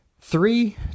three